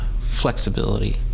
flexibility